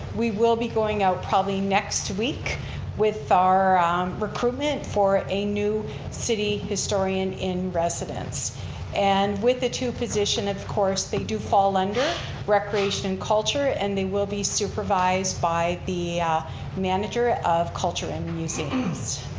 we will be going out probably next week with our recruitment for a new city historian in residence and with the two position, of course, they do fall under recreation and culture and they will be supervised by the manager of culture and museums.